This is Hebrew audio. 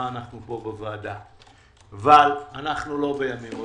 אבל אנחנו לא בימים רגילים.